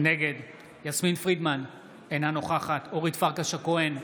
נגד יסמין פרידמן, אינה נוכחת אורית פרקש הכהן,